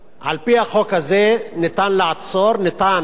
על-פי החוק הזה ניתן לעצור, ניתן להעניש,